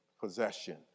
possession